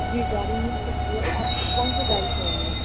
جی گاڑی مل سکتی ہے اور آپ کو کون سی گاڑی چاہیے